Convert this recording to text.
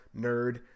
nerd